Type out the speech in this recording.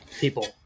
people